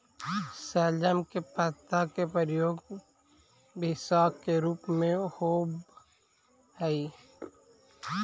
शलजम के पत्ता के प्रयोग भी साग के रूप में होव हई